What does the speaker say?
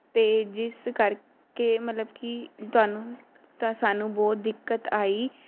ਤੇ ਜਿਸ ਕਰਕੇ ਮਤਲਬ ਕੀ ਤੁਹਾਨੂੰ ਤਾਂ ਸਾਨੂੰ ਬਹੁਤ ਦਿੱਕਤ ਆਈ